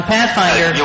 Pathfinder